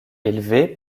élevé